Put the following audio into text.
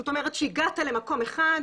זאת אומרת שהגעת למקום אחד,